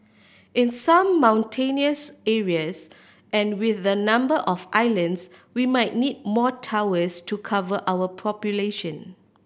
in some mountainous areas and with the number of islands we might need more towers to cover our population